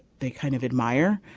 they kind of admire.